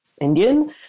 Indian